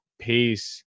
Peace